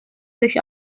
sich